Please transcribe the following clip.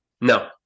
No